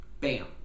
Bam